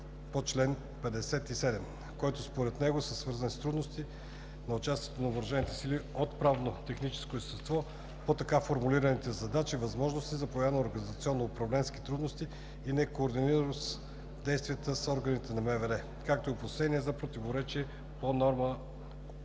по чл. 57, които според него са свързани с трудности на участието на въоръжените сили от правно-техническо естество по така формулираните задачи, възможности за появата на организационно-управленски трудности и некоординираност в действията с органите на МВР, както и опасения за противоречие с нормата